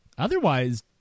Otherwise